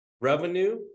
revenue